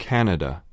Canada